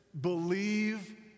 believe